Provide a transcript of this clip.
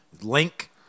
Link